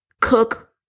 cook